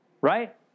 Right